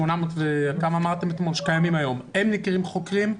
הם נקראים חוקרים?